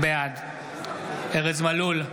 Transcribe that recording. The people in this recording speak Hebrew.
בעד ארז מלול,